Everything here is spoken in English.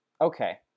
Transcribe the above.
Okay